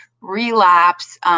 relapse